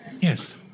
Yes